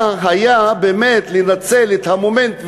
שבאמת הייתה חובה לנצל את המומנט,